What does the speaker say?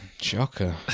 Shocker